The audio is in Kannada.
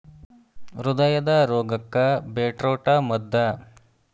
ಹೃದಯದ ರೋಗಕ್ಕ ಬೇಟ್ರೂಟ ಮದ್ದ